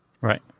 Right